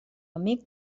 amic